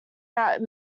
that